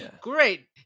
Great